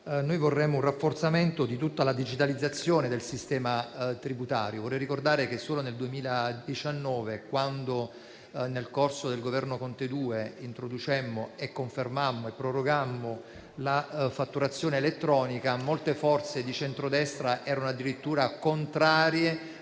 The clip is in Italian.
noi vorremmo un rafforzamento di tutta la digitalizzazione del sistema tributario. Vorrei ricordare che solo nel 2019, quando nel corso del Governo Conte II introducemmo, confermammo e prorogammo la fatturazione elettronica, molte forze di centrodestra erano addirittura contrarie